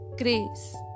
grace